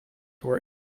were